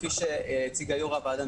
כפי שהציגה יושבת-ראש הוועדה,